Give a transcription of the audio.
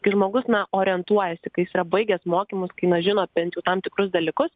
kai žmogus na orientuojasi kai jis yra baigęs mokymus kai na žino bent jau tam tikrus dalykus